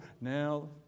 Now